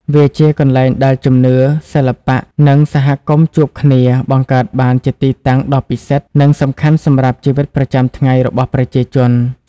វាជាកន្លែងដែលជំនឿ សិល្បៈ និងសហគមន៍ជួបគ្នា បង្កើតបានជាទីតាំងដ៏ពិសិដ្ឋ និងសំខាន់សម្រាប់ជីវិតប្រចាំថ្ងៃរបស់ប្រជាជន។